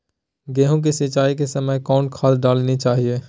गेंहू के सिंचाई के समय कौन खाद डालनी चाइये?